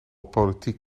politiek